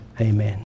Amen